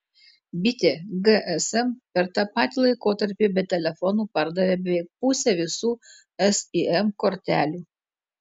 bitė gsm per tą patį laikotarpį be telefonų pardavė beveik pusę visų sim kortelių